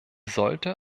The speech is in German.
sollte